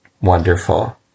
wonderful